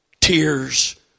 tears